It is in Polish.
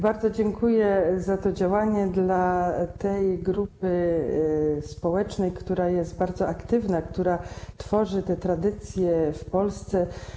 Bardzo dziękuję za działanie tej grupy społecznej, która jest bardzo aktywna, która tworzy tradycję w Polsce.